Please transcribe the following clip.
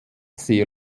sehr